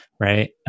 Right